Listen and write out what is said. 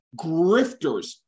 grifters